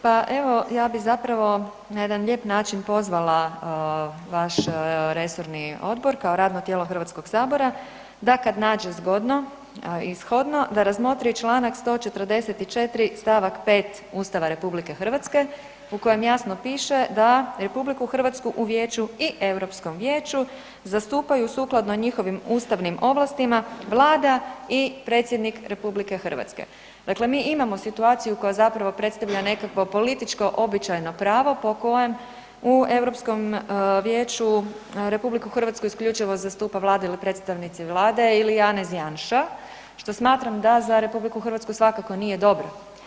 Pa evo ja bi zapravo na jedan lijep način pozvala vaš resorni odbor kao radno tijelo HS-a da kad nađe zgodno, a i shodno, da razmotri čl. 144. st. 5. Ustava RH u kojem jasno piše da „RH u Vijeću i Europskom Vijeću zastupaju sukladno njihovim ustavnim ovlastima Vlada i predsjednik RH.“ Dakle, mi imamo situaciju koja zapravo predstavlja nekakvo političko običajno pravo po kojem u Europskom vijeću RH isključivo zastupa Vlada ili predstavnici Vlade ili Janez Janša što smatram da za RH svakako nije dobro.